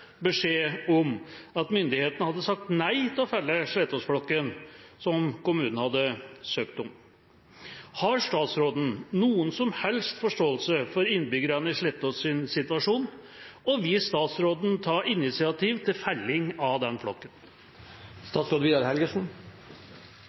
beskjed om at myndighetene hadde sagt nei til å felle Slettås-flokken, som kommunen hadde søkt om. Har statsråden noen som helst forståelse for innbyggerne i Slettås’ situasjon, og vil statsråden ta initiativ til felling av denne flokken?